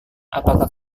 apakah